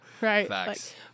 Right